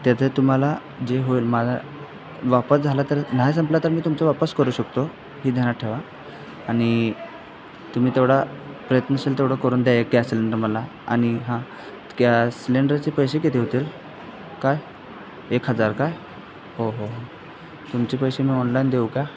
त्याचं तुम्हाला जे होईल मला वापस झाला तर नाही संपला तर मी तुमचं वापस करू शकतो ही ध्यानात ठेवा आनि तुम्ही तेवडा प्रयत्नशील तेवढं करून द्या एक गॅस सिलेंडर मला आणि हां त्या सिलेंडरचे पैसे किती होतील काय एक हजार काय हो हो हो तुमचे पैसे मी ऑनलाईन देऊ का